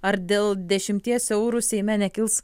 ar dėl dešimties eurų seime nekils